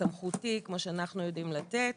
סמכותי כמו שאנחנו יודעים לתת.